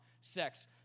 sex